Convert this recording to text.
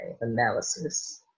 analysis